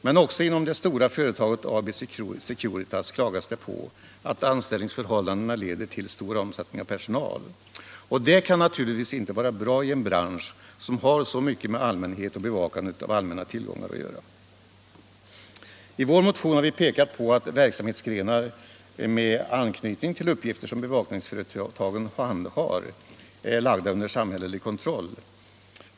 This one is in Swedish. Men också inom det stora företaget AB Securitas klagas det på att anställningsförhållandena leder till stor omsättning av personal. Det kan naturligtvis inte vara bra i en bransch som har så mycket med allmänhet och bevakandet av allmänna tillgångar att göra. I vår motion har vi pekat på att verksamhetsgrenar med anknytning till de uppgifter som bevakningsföretagen handhar är lagda under samhällelig kontroll.